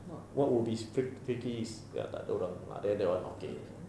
what would be strict freakies ah tak ada orang ah then that one okay